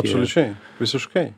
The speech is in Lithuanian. absoliučiai visiškai